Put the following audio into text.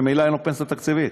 וממילא אין לו פנסיה תקציבית,